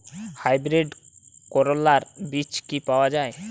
Hybrid করলার বীজ কি পাওয়া যায়?